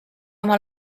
oma